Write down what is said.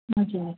हजुर